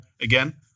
again